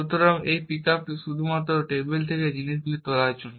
সুতরাং এই পিকআপটি শুধুমাত্র টেবিল থেকে জিনিসগুলি তোলার জন্য